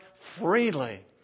freely